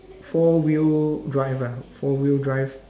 four wheel drive ah four wheel drive